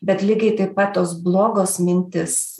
bet lygiai taip pat tos blogos mintys